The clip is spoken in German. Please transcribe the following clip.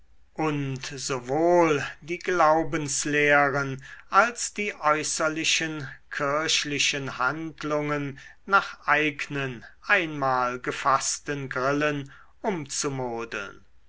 und sowohl die glaubenslehren als die äußerlichen kirchlichen handlungen nach eignen einmal gefaßten grillen umzumodeln